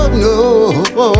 no